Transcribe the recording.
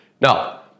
now